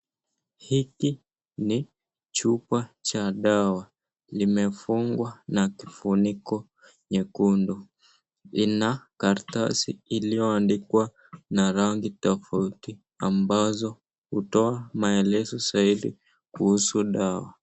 Hiki ni chupa cha dawa. Limefungwa na kifuniko nyekundu. Lina karatasi iliyoandikwa na rangi tofauti ambazo hutoa maelezo zaidi kuhusu dawa.